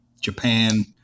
Japan